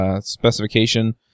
specification